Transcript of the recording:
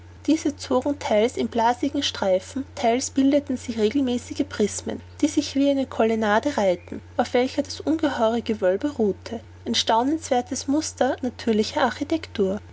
diese zogen theils in blasigen streifen theils bildeten sie regelmäßige prismen die sich wie eine colonnade reihten auf welcher das ungeheure gewölbe ruhte ein staunenswerthes muster natürlicher architektur